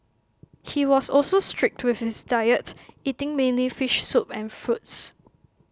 he was also strict with his diet eating mainly fish soup and fruits